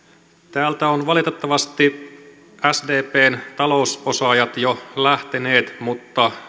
täältä ovat valitettavasti sdpn talousosaajat jo lähteneet mutta